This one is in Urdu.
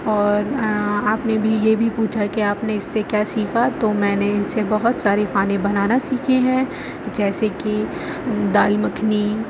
اور آپ نے بھی یہ بھی پوچھا کہ آپ نے اس سے کیا سیکھا تو میں نے ان سے بہت ساری کھانے بنانا سکیھے ہیں جیسے کہ دال مکھنی